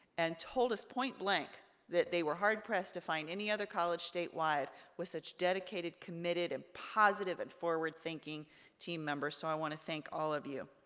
and told us point-blank that they were hard-pressed to find any other college statewide with such dedicated, committed, and positive, and forward-thinking team members, so i wanna thank all of you.